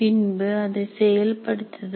பின்பு அதை செயல்படுத்துதல்